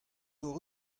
hocʼh